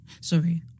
Sorry